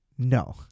No